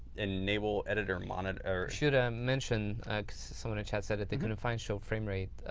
enable editor monitor should ah mention someone in chat said that they couldn't find, show frame rate.